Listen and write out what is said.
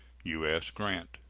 u s. grant.